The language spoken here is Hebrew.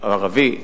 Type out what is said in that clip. ערבי.